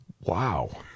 Wow